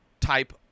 type